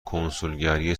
کنسولگری